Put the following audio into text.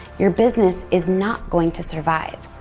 your business is not going to survive.